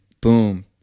boom